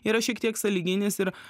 yra šiek tiek sąlyginis ir